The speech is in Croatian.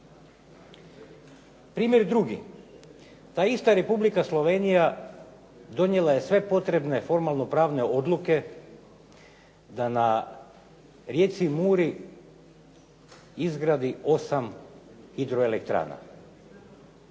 Primjer drugi. Ta ista Republika Slovenija donijela je sve potrebne formalno-pravne odluke da na rijeci Muri izgradi 8 hidroelektrana.